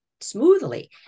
smoothly